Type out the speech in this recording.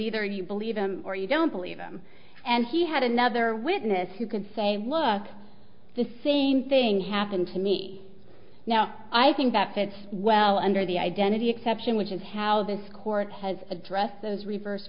either you believe him or you don't believe him and he had another witness who could say look the same thing happened to me now i think that fits well under the identity exception which is how this court has addressed those reversed